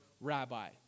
rabbi